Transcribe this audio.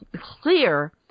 clear